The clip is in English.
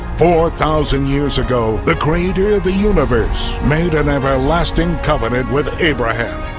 four thousand years ago, the creator of the universe made an everlasting covenant with abraham.